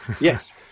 Yes